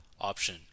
option